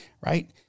Right